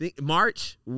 March